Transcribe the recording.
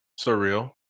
Surreal